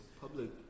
Public